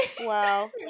Wow